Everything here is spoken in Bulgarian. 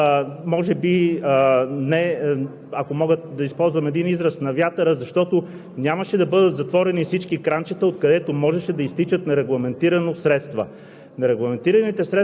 при първата ковид ситуация и 30 милиона предстои сега да бъдат дадени на транспортния бранш, тези пари щяха да отидат може би,